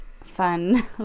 fun